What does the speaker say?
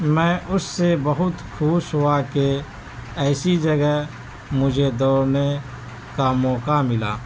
میں اس سے بہت خوش ہوا کہ ایسی جگہ مجھے دوڑنے کا موقع ملا